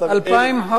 2,000 החודש.